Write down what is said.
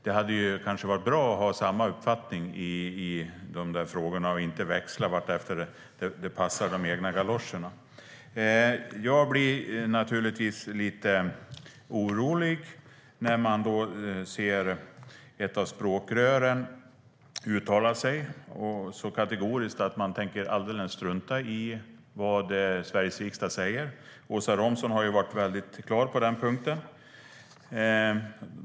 Det hade kanske varit bra att ha samma uppfattning i dessa frågor och inte växla vartefter det passar de egna galoscherna. Jag blev naturligtvis lite orolig när ett av språkrören uttalade sig så kategoriskt om att man tänker strunta i vad Sveriges riksdag säger. Åsa Romson har ju varit väldigt klar på den punkten.